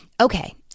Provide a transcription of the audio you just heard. Okay